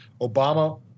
Obama